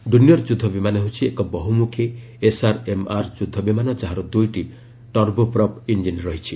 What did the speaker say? Dornier ଯୁଦ୍ଧ ବିମାନ ହେଉଛି ଏକ ବହୁମୁଖୀ ଏସ୍ଆର୍ଏମ୍ଆର୍ ଯୁଦ୍ଧ ବିମାନ ଯାହାର ଦୁଇଟି ଟର୍ବୋପ୍ରପ୍ ଇଞ୍ଜିନ୍ ରହିଛି